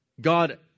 god